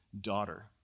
daughter